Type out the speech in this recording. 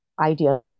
idea